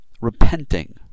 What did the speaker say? repenting